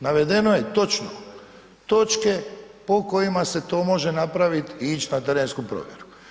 Navedeno je točno točke po kojima se to može napraviti i ići na terensku provjeru.